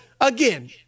again